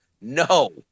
No